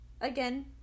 Again